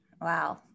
Wow